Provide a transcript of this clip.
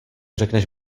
řekneš